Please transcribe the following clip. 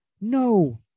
No